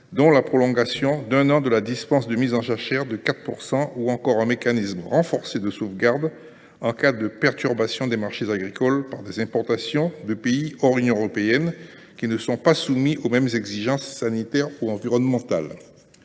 la prolongation d’un an de la dispense de mise en jachère de 4 % et un mécanisme renforcé de sauvegarde en cas de perturbation des marchés agricoles par des importations de pays hors Union européenne qui ne sont pas soumis aux mêmes exigences sanitaires ou environnementales.